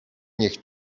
niech